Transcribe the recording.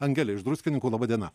angelė iš druskininkų laba diena